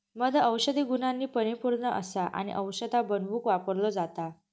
मध औषधी गुणांनी परिपुर्ण असा आणि औषधा बनवुक वापरलो जाता